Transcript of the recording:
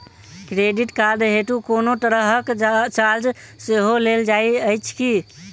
Credit card हेतु कोनो तरहक चार्ज सेहो लेल जाइत अछि की?